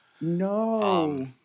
No